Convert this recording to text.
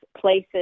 places